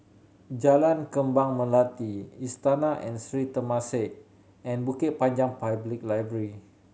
Jalan Kembang Melati Istana and Sri Temasek and Bukit Panjang Public Library